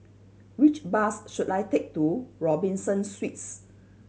which bus should I take to Robinson Suites